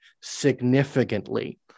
significantly